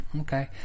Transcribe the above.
okay